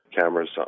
cameras